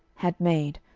had made,